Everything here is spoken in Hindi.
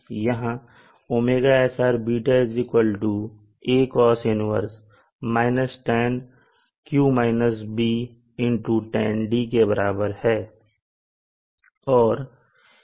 यहां 𝞈srß aCos 1 tan Q- Btan d बराबर है